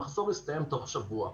המחסור הסתיים תוך שבוע.